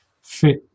fit